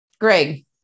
Greg